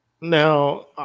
now